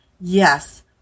Yes